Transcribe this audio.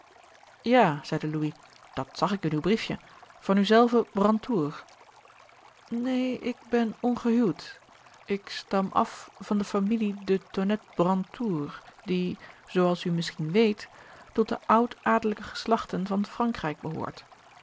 ja zeide louis dat zag ik in uw briefje van u zelve brantour neen ik ben ongehuwd ik stam af van de familie de tonnette brantour die zoo als u misschien weet tot de oud adellijke geslachten van frankrijk behoort